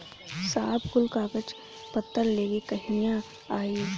साहब कुल कागज पतर लेके कहिया आई?